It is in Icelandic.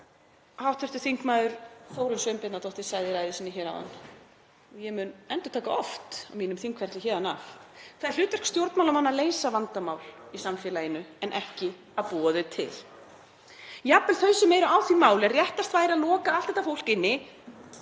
sem hv. þm. Þórunn Sveinbjarnardóttir sagði í ræðu sinni hér áðan og ég mun endurtaka oft á mínum þingferli héðan af: Það er hlutverk stjórnmálamanna að leysa vandamál í samfélaginu en ekki að búa þau til. Jafnvel þau sem eru á því máli að réttast væri að loka allt þetta fólk inni